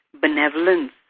benevolence